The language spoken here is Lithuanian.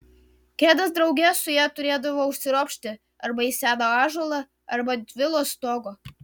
kedas drauge su ja turėdavo užsiropšti arba į seną ąžuolą arba ant vilos stogo